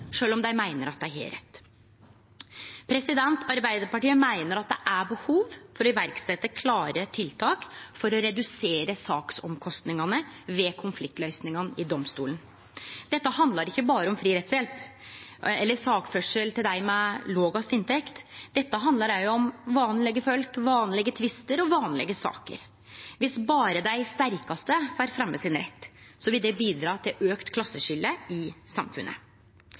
om dei meiner at dei har rett. Arbeidarpartiet meiner at det er behov for å setje i verk klare tiltak for å redusere sakskostnadene ved konfliktløysingar i domstolane. Dette handlar ikkje berre om fri rettshjelp eller sakførsel til dei med lågast inntekt, dette handlar òg om vanlege folk, vanlege tvistar og vanlege saker. Dersom berre dei sterkaste får fremje sin rett, vil det bidra til auka klasseskilje i samfunnet.